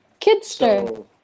Kidster